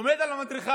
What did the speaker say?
עומד על המדרכה